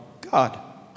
God